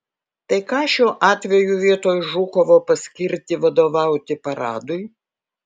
tai ką šiuo atveju vietoj žukovo paskirti vadovauti paradui